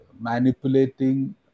manipulating